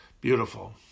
Beautiful